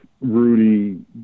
Rudy